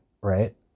right